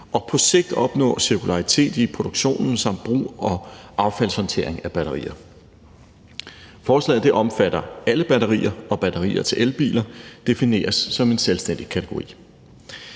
og på sigt opnå cirkularitet i produktionen samt brug og affaldshåndtering af batterier. Forslaget omfatter alle batterier, og batterier til elbiler defineres som en selvstændig kategori.